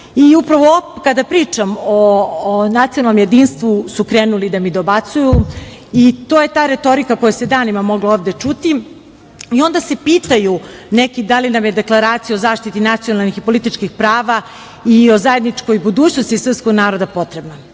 Upravo kada pričam o nacionalnom jedinstvu su krenuli da mi dobacuju i to je ta retorika koja se danima mogla ovde čuti i onda se pitaju neki da li nam je deklaracija o zaštiti nacionalnih i političkih prava i o zajedničkoj budućnosti srpskog naroda potrebna